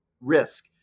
risk